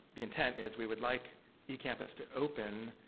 the intent is we would like ecampus to open